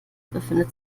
befindet